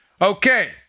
Okay